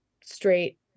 straight